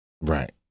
Right